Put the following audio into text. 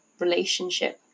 relationship